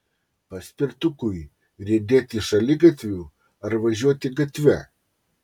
paspirtukui riedėti šaligatviu ar važiuoti gatve